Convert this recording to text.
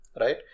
right